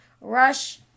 rush